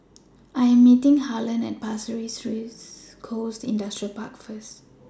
I Am meeting Harlon At Pasir Ris Coast Industrial Park First